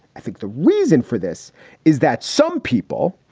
i think the reason for this is that some people,